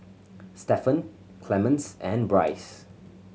Stephen Clemens and Bryce